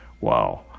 wow